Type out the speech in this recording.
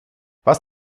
was